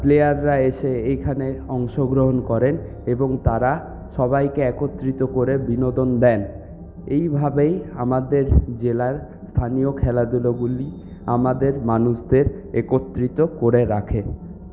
প্লেয়াররা এসে এইখানে অংশগ্রহণ করেন এবং তারা সবাইকে একত্রিত করে বিনোদন দেন এইভাবেই আমাদের জেলার স্থানীয় খেলাধুলাগুলি আমাদের মানুষদের একত্রিত করে রাখে